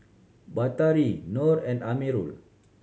Batari Nor and Amirul